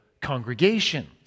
congregation